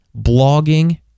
blogging